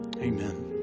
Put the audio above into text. amen